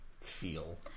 feel